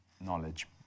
knowledge